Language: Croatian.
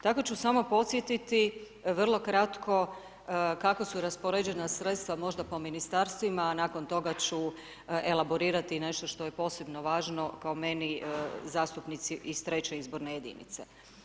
Tako ću samo podsjetiti, vrlo kratko, kako su raspoređena sredstva možda po ministarstvima nakon toga ću elaborirati nešto što je posebno važno, kao meni zastupnici iz 3. izborne jedinice.